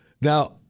now